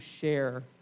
share